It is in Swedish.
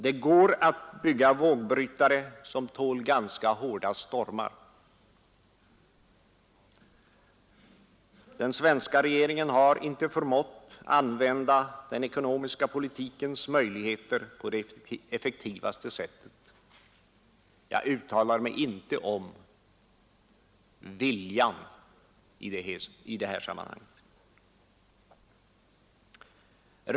Det gär att bygga vågbrytare som tål ganska hårda stormar. Den svenska regeringen har inte förmått använda den ekonomiska politikens möjligheter på det effektivaste sättet — jag uttalar mig inte om viljan i det här sammanhanget.